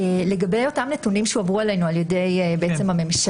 לגבי אותם נתונים שהועברו אלינו על ידי הממשלה,